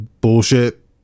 bullshit